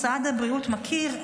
משרד הבריאות מכיר,